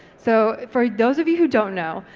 so for those of you who don't know,